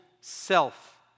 self